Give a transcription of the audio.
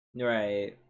Right